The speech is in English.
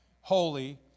holy